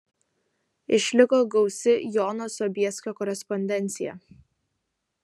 išliko gausi jono sobieskio korespondencija